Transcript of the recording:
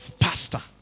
pastor